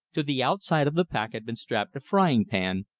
to the outside of the pack had been strapped a frying pan,